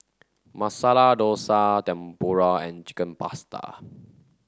Masala Dosa Tempura and Chicken Pasta